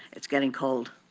it's getting cold.